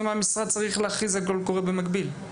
למה המשרד צריך להכריז על קול קורא במקביל?